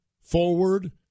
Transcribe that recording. forward